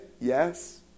yes